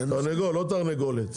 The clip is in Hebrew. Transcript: תרנגול, לא תרנגולת.